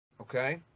okay